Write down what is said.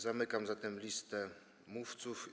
Zamykam zatem listę mówców.